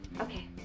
okay